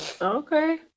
Okay